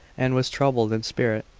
and was troubled in spirit,